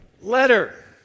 letter